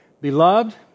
beloved